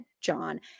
John